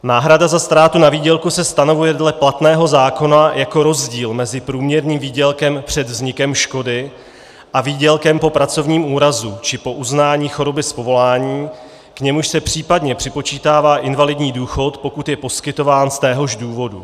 Náhrada za ztrátu na výdělku se stanovuje dle platného zákona jako rozdíl mezi průměrným výdělkem před vznikem škody a výdělkem po pracovním úrazu či po uznání choroby z povolání, k němuž se případně připočítává invalidní důchod, pokud je poskytován z téhož důvodu.